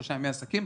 שלושה ימי עסקים,